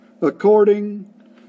according